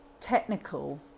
technical